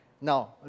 Now